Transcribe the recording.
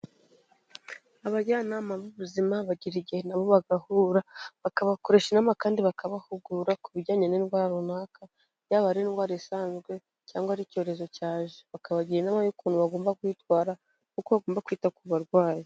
Abajyanama b'ubuzima bagira igihe na bo bagahura, bakabakoresha inama kandi bakabahugura ku bijyanye n'indwara runaka, yaba ari indwara isanzwe cyangwa ari icyorezo cyaje bakabagira inama y'ukuntu bagomba kwitwara, n'uko bagomba kwita ku barwayi.